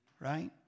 right